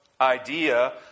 idea